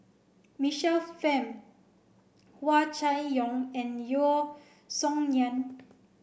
Michael Fam Hua Chai Yong and Yeo Song Nian